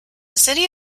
city